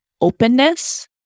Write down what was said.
openness